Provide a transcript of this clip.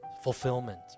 Fulfillment